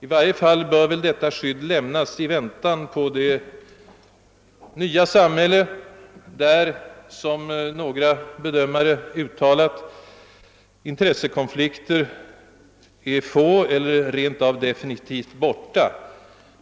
I varje fall bör väl detta skydd lämnas i väntan på det nya samhälle, där — som vissa bedömare påstått — intressekonflikterna är få eller rent av definitivt borta.